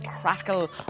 crackle